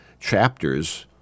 chapters